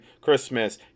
christmas